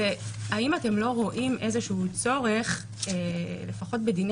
האם אתם לא רואים איזה שהוא צורך לפחות בדיני